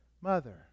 mother